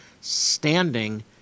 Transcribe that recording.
standing